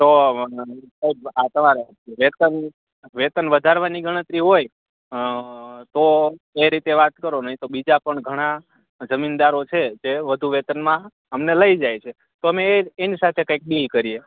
તો આ તમાર વેતન વેતન વધારવાની ઘણતરી હોય તો એ રીતે વાત કરો નહીં તો બીજા પણ ઘણા જમીનદારો છે જે વધુ વેતનમાં અમને લઈ જાય છે તો અમે એ એની સાથે કાંઈ ડીલ કરીએ